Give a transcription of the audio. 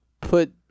put